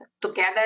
together